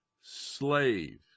slave